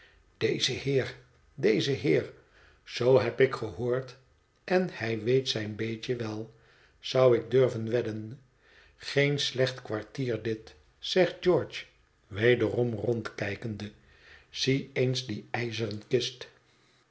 deze heer deze heer zoo heb ik gehoord en hij weet zijn beetje wel zou ik durven wedden geen slecht kwartier dit zegt george wederom rondkijkende zie eens die ijzeren kist